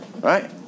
right